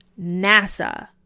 NASA